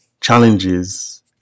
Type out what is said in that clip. challenges